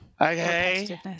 Okay